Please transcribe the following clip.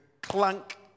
Clunk